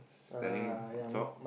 standing on top